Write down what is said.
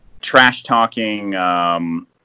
trash-talking